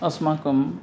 अस्माकं